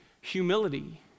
Humility